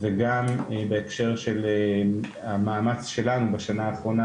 וגם בהקשר של המאמץ שלנו בשנה האחרונה,